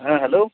हा हॅलो